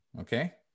Okay